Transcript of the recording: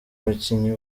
abakinnyi